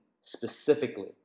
specifically